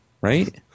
right